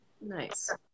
nice